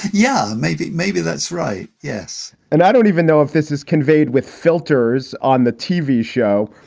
yeah, maybe. maybe. that's right. yes and i don't even know if this is conveyed with filters on the tv show,